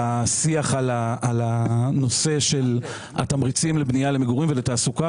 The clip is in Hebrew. בשיח על הנושא של התמריצים לבנייה למגורים ולתעסוקה,